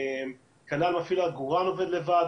כנ"ל מפעיל העגורן עובד לבד,